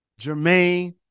Jermaine